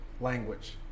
language